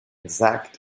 exact